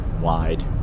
wide